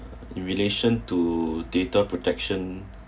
uh in relation to data protection